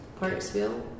Parksville